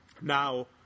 Now